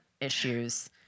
issues